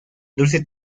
dulce